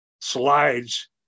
slides